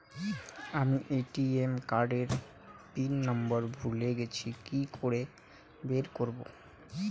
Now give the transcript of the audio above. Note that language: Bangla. আমি এ.টি.এম কার্ড এর পিন নম্বর ভুলে গেছি কি করে বের করব?